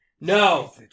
no